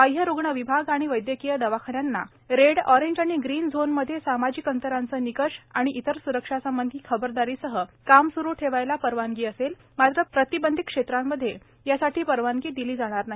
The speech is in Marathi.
बाह्य रुग्ण विभाग ओपीडी आणि वैद्यकीय दवाखान्यांना रेड ऑरेंज आणि ग्रीन झोनमध्ये सामाजिक अंतरांचे निकष आणि इतर स्रक्षा संबंधी खबरदारीसह काम स्रु ठेवायला परवानगी असेल मात्र प्रतिबंधित क्षेत्रांमध्ये यासाठी परवानगी दिली जाणार नाही